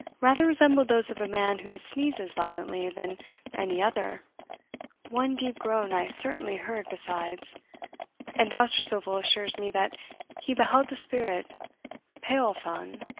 rather resembled those of a man who sneezes violently than any other one deep groan i certainly heard besides and dousterswivel assures me that he beheld the spirit peolphan,